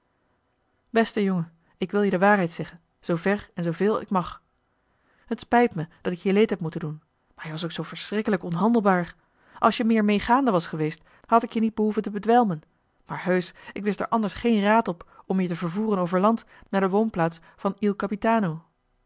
beste jongen ik wil je de waarheid zeggen zoover en zooveel ik mag het spijt me dat ik je leed heb moeten doen maar je was ook zoo verschrikkelijk onhandelbaar als je meer meegaande was geweest had ik je niet behoeven te bedwelmen maar heusch ik wist er anders geen raad op om je te vervoeren over land naar de woonplaats van il capitano